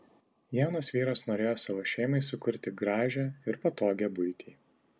jaunas vyras norėjo savo šeimai sukurti gražią ir patogią buitį